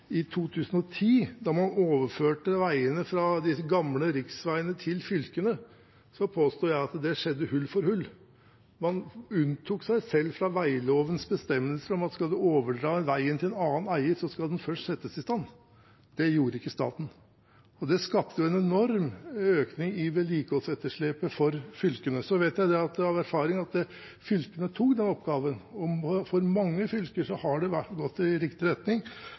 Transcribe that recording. i 2010 overførte de gamle riksveiene til fylkene, påstår jeg at det skjedde hull for hull. Man unntok seg selv fra veilovens bestemmelser om at skal man overdra veien til en annen eier, skal den først settes i stand. Det gjorde ikke staten. Det skapte en enorm økning i vedlikeholdsetterslepet for fylkene. Så vet jeg av erfaring at fylkene tok den oppgaven. For mange fylker har det gått i riktig retning,